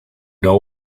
know